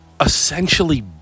Essentially